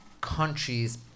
countries